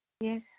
Yes